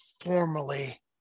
formally